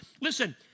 listen